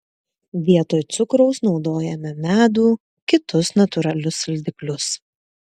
vietoj cukraus naudojame medų kitus natūralius saldiklius